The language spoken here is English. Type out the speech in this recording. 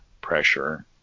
pressure